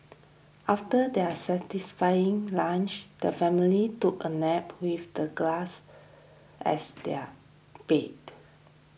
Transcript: after their satisfying lunch the family took a nap with the grass as their bed